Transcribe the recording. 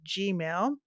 Gmail